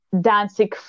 dancing